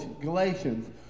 Galatians